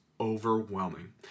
Overwhelming